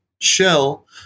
shell